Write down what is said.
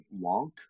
Wonk